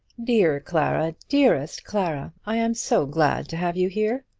dear clara dearest clara, i am so glad to have you here.